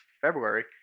February